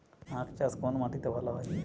আখ চাষ কোন মাটিতে ভালো হয়?